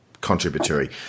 contributory